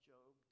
Job